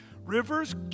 Rivers